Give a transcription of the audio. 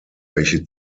welche